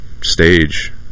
stage